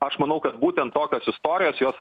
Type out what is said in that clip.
aš manau kad būtent tokios istorijos jos